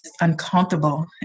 uncomfortable